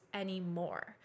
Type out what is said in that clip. anymore